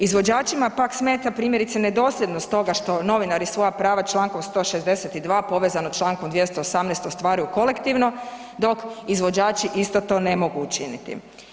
Izvođačima pak smeta, primjerice, nedosljednost toga što novinari svoja prava čl. 162 povezano čl. 218 ostvaruju kolektivno, dok izvođači isto to ne mogu učiniti.